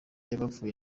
y’abapfuye